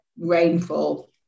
rainfall